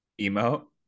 Emo